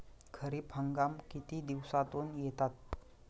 खरीप हंगाम किती दिवसातून येतात?